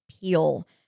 peel